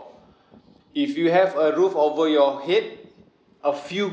if you have a roof over your head a few